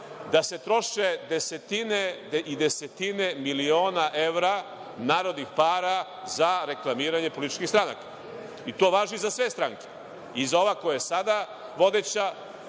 da se troše desetine i desetine miliona evra narodnih para za reklamiranje političkih stranaka, i to važi za sve stranke. I za ovu koja je sada vodeća